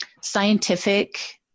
scientific